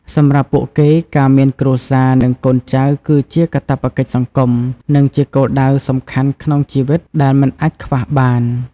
សម្រាប់ពួកគេ ការមានគ្រួសារ និងកូនចៅគឺជាកាតព្វកិច្ចសង្គម និងជាគោលដៅសំខាន់ក្នុងជីវិតដែលមិនអាចខ្វះបាន។